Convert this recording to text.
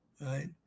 right